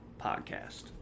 podcast